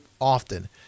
often